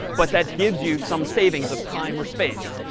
but that gives you some savings of time or space.